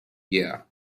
year